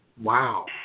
Wow